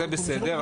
זה בסדר,